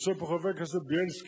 יושב פה חבר הכנסת בילסקי,